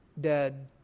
dead